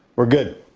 we're good.